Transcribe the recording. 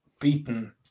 beaten